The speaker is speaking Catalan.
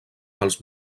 pels